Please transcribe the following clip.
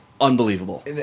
unbelievable